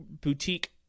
boutique